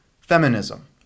Feminism